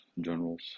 generals